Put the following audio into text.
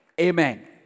Amen